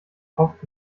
kopf